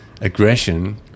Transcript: aggression